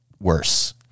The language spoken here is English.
worse